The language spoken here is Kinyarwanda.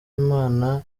imana